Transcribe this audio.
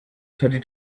thirty